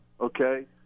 Okay